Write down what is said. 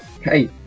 hey